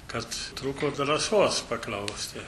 kad trūko drąsos paklausti